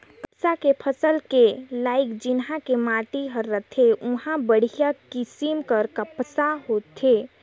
कपसा के फसल के लाइक जिन्हा के माटी हर रथे उंहा बड़िहा किसम के कपसा होथे